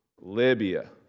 Libya